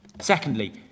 Secondly